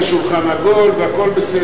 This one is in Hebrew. יש שולחן עגול והכול בסדר.